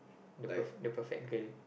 the perf~ the perfect girl